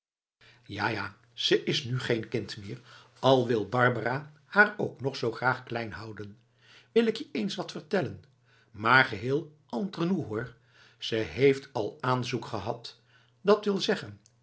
ja ja ze is nu geen kind meer al wil barbara haar ook nog zoo graag klein houden wil ik je eens wat vertellen maar geheel entre nous hoor ze heeft al aanzoek gehad dat wil zeggen